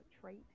trait